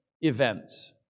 events